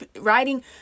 writing